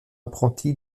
apprenti